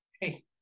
Hey